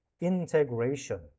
integration